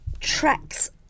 tracks